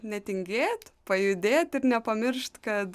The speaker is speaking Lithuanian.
netingėt pajudėt ir nepamiršt kad